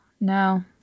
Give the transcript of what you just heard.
No